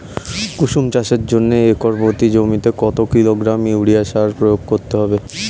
কুসুম চাষের জন্য একর প্রতি জমিতে কত কিলোগ্রাম ইউরিয়া সার প্রয়োগ করতে হবে?